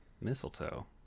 mistletoe